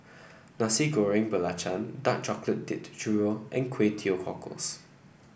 Nasi Goreng Belacan Dark Chocolate Dipped Churro and Kway Teow Cockles